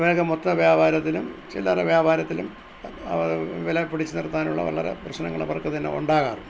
വേഗം മൊത്തവ്യാപാരത്തിലും ചില്ലറവ്യാപാരത്തിലും വില പിടിച്ച് നിർത്താനുള്ള വളരെ പ്രശ്നങ്ങൾ അവർക്കുതന്നെ ഉണ്ടാകാറുണ്ട്